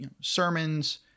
sermons